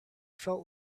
felt